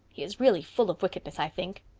he is really full of wickedness, i think.